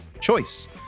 choice